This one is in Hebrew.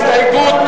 מי בעד ההסתייגות,